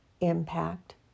impact